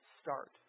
start